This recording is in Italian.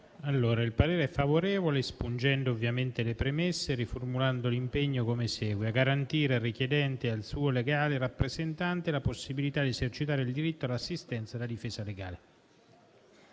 G4.100 è favorevole, espungendo ovviamente le premesse e riformulando l'impegno come segue: «a garantire al richiedente e al suo legale rappresentante la possibilità di esercitare il diritto all'assistenza e alla difesa legale».